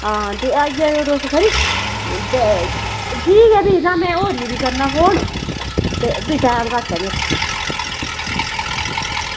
आं ते आई जायो तुस खरी ते ठीक ऐ ते में होरनें गी बी करना फोन ते भी टैम घट्ट ऐ मेरे कश